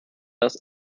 das